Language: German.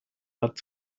hat